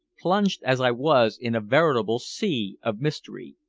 plunged as i was in a veritable sea of mystery.